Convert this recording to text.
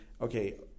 okay